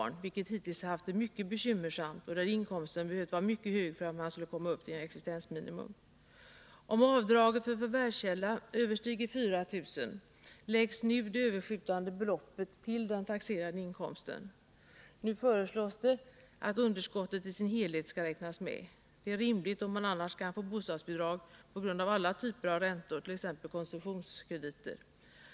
Det är hushåll som hittills haft det mycket bekymmersamt och där inkomsten har behövt vara mycket hög för att man skulle komma upp till existensminimum. Om avdraget för förvärvskälla överstiger 4000 kr. läggs i dag det överskjutande beloppet till den taxerade inkomsten. Nu föreslås att underskottet i sin helhet skall räknas med. Det är rimligt, då man annars kan få bostadsbidrag på grund av alla typer av räntor, t.ex. konsumtionskrediter.